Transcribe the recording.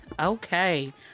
Okay